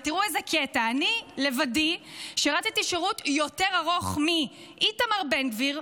ותראו איזה קטע: אני לבדי שירתי שירות יותר ארוך מאיתמר בן גביר,